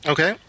Okay